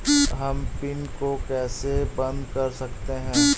हम पिन को कैसे बंद कर सकते हैं?